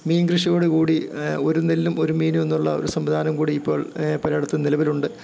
മീൻ കൃഷിയോടുകൂടി ഒരു നെല്ലും ഒരു മീനുമെന്നുള്ള ഒരു സംവിധാനം കൂടി ഇപ്പോൾ പലേടത്തും നിലവിലുണ്ട്